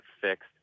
fixed